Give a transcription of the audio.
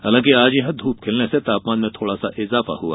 हालांकि आज यहां धूप खिलने से तापमान में थोडा इजाफा हुआ